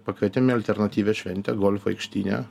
pakvietėm į alternatyvią šventę golfo aikštyne